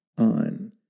on